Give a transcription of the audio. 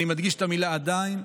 אני מדגיש את המילה "עדיין".